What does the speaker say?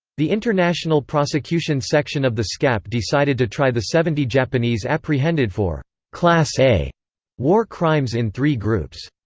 the international prosecution section of the scap decided to try the seventy japanese apprehended for class a war crimes in three groups.